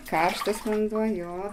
karštas vanduo jo